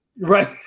Right